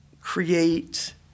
create